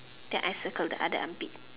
that I circled the other armpit